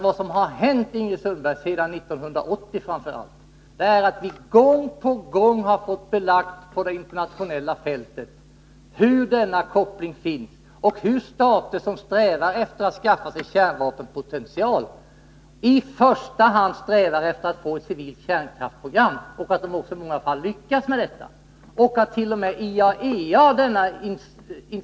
Vad som har hänt, framför allt sedan 1980, är att vi gång på gång har fått belagt att det på det internationella fältet finns den här kopplingen mellan spridning av kärnkraftsteknologi och spridning av kärnvapen. Stater som strävar efter att skaffa sig en kärnvapenpotential försöker i första hand skaffa sig ett civilt kärnkraftsprogram. Och i många fall lyckas de också med detta.